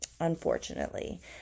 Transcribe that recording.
unfortunately